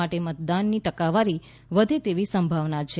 માટે મતદાન ની ટકાવારી વધે તેવી સંભાવના છે